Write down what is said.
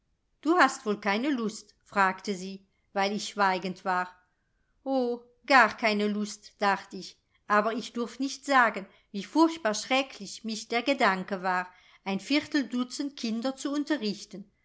du hast wohl keine lust fragte sie weil ich schweigend war o gar keine lust dacht ich aber ich durft nicht sagen wie furchtbar schrecklich mich der gedanke war ein vierteldutzend kinder zu unterrichten